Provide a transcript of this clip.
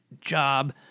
job